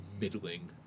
middling